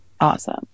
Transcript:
Awesome